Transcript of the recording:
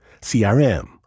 CRM